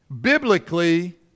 biblically